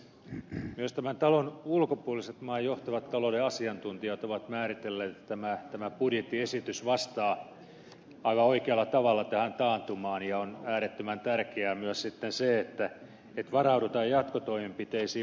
myös tämän talon ulkopuoliset maan johtavat talouden asiantuntijat ovat määritelleet että tämä budjettiesitys vastaa aivan oikealla tavalla tähän taantumaan ja on äärettömän tärkeää myös sitten se että varaudutaan jatkotoimenpiteisiin